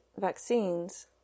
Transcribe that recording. vaccines